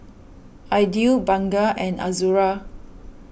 Aidil Bunga and Azura